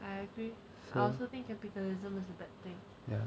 I agree I also think capitalism is a bad thing